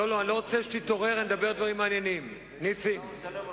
למר נתניהו היו הזדמנויות אין-ספור,